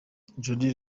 judi